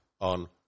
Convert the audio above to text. on